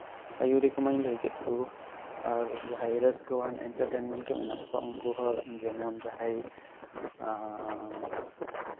ᱟᱭᱩᱨᱤᱡ ᱠᱚᱢᱟᱧ ᱞᱟᱹᱭ ᱠᱮᱫ ᱠᱚ ᱟᱨ ᱡᱟᱦᱟᱸᱭ ᱨᱟᱹᱥᱠᱟᱹᱣᱟᱱ ᱮᱱᱴᱟᱨᱴᱮᱱᱢᱮᱱᱴ ᱢᱮᱱᱟᱜ ᱠᱚᱣᱟ ᱩᱱᱠᱩ ᱦᱚᱸ ᱡᱮᱢᱚᱱ ᱡᱟᱦᱟᱸᱭ ᱮᱫ